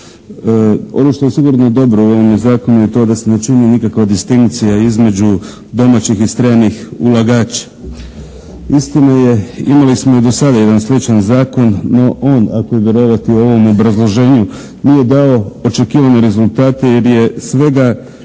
Ono što je sigurno dobro u ovome zakonu je to da se ne čini nikakva distinkcija između domaćih i stranih ulagača. Istina je, imali smo i do sada jedan sličan zakon, no on ako je vjerovati ovom obrazloženju nije dao očekivane rezultate jer je svega